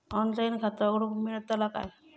Online खाता उघडूक मेलतला काय?